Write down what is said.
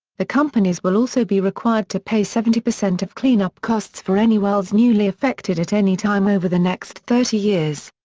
the companies will also be required to pay seventy percent of cleanup costs for any wells newly affected at any time over the next thirty years.